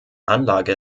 anlage